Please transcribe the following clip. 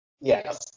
Yes